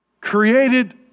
created